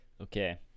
Okay